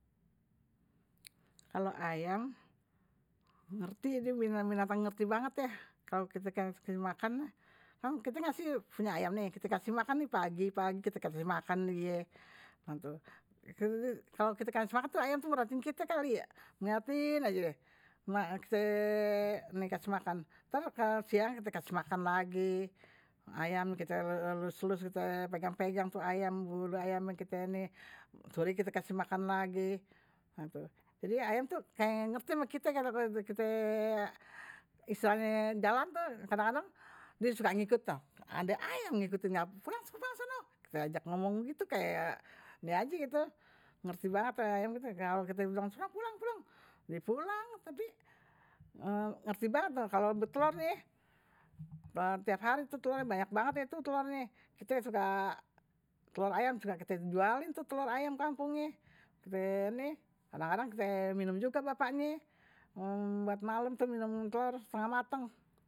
Kalau ayam, ngerti, binatang-binatang ngerti banget de. Kalau kite kasih makan, kalau kite punya ayam nih, kite kasih makan pagi-pagi, kite kasih makan. Kalau kite kasih makan, ayam tu ngeliatin kite kali ya. Ngeliatin aja deh. Kite kasih makan. Terus siang kite kasih makan lagi. Ayam kite elus elus, kite pegang-pegang tuh ayam, buru ayam kite ini. Suri kite kasih makan lagi. Jadi ayam tu kayak ngerti sama kite. Istilahnya jalan tuh kadang-kadang dia suka ngikut tuh. Ada ayam ngikutnya. Kite ajak ngomong gtu kayak dia aja gtu. Ngerti banget ya ayam tu. Kalau kite suka-suka, pulang-pulang. Di pulang, tapi ngerti banget tuh. Kalau bertelur nih, tiap hari tuh telurnya banyak banget ya. Kite suka telur ayam. Kite jualin tuh telur ayam kampungnya. Kite nih, kadang-kadang kite minum juga bapaknya. Buat malam tuh minum telur setengah mateng.